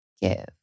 give